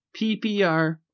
PPR